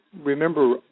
Remember